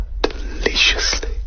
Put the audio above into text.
deliciously